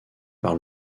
par